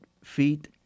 feet